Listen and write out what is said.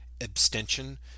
Abstention